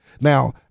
Now